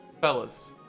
Fellas